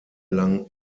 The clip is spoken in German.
lang